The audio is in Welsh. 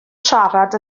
siarad